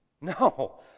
No